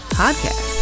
podcast